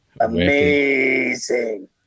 amazing